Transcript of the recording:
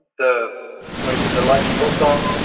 the what is it? the logical song?